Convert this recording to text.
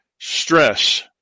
stress